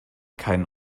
keinen